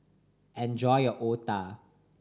enjoy your otah